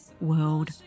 world